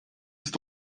ist